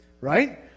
Right